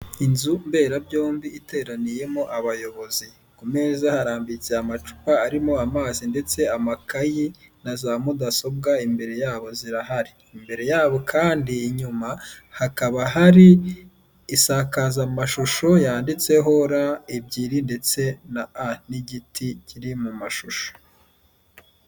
Inzu mberabyombi iteraniyemo abayobozi. Ku meza harambitse amacupa arimo amazi ndetse amakayi na za mudasobwa imbere yabo zirahari. Imbere yabo kandi inyuma hakaba hari isakazamashusho yanditseho ra ebyiri ndetse na a n'igiti kiri mu mashusho.